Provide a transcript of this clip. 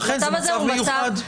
לכן זה מצב מיוחד.